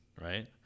right